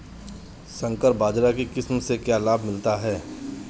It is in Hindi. संकर बाजरा की किस्म से क्या लाभ मिलता है?